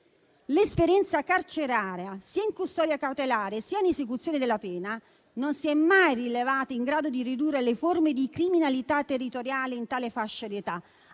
L'esperienza carceraria sia in custodia cautelare, sia in esecuzione della pena non si è mai rivelata in grado di ridurre le forme di criminalità territoriale in tale fascia di età.